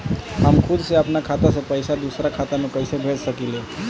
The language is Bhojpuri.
हम खुद से अपना खाता से पइसा दूसरा खाता में कइसे भेज सकी ले?